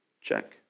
Check